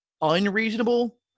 unreasonable